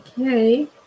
okay